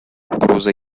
угроза